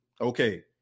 Okay